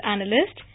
Analyst